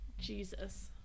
Jesus